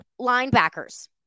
linebackers